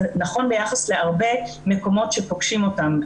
זה נכון ביחס להרבה מקומות שפוגשים אותם.